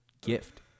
GIFT